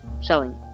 selling